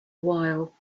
while